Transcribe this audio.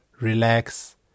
relax